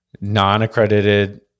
non-accredited